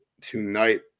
tonight